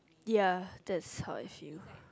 ya that's how I feel